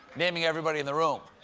naming everybody in the room.